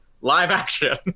live-action